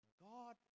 God